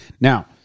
now